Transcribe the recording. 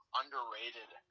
underrated